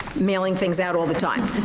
mailing things out all the time.